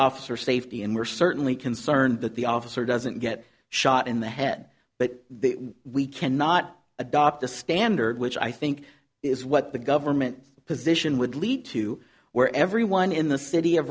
officer safety and we're certainly concerned that the officer doesn't get shot in the head but we cannot adopt a standard which i think is what the government's position would lead to where everyone in the city of